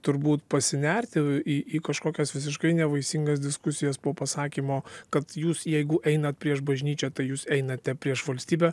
turbūt pasinerti į į kažkokias visiškai nevaisingas diskusijas po pasakymo kad jūs jeigu einat prieš bažnyčią tai jūs einate prieš valstybę